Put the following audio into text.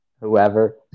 whoever